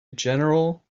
general